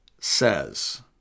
says